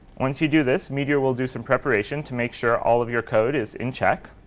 once you do this, meteor will do some preparation to make sure all of your code is in check.